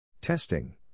Testing